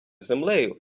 землею